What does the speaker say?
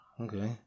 okay